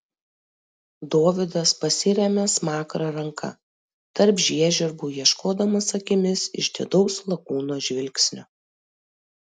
dovydas pasiremia smakrą ranka tarp žiežirbų ieškodamas akimis išdidaus lakūno žvilgsnio